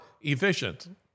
efficient